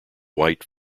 white